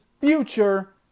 future